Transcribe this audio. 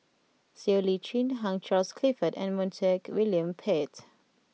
Siow Lee Chin Hugh Charles Clifford and Montague William Pett